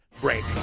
break